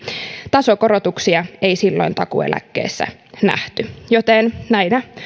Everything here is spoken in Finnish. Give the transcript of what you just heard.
tasokorotuksia ei silloin takuueläkkeissä nähty joten näinä